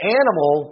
animal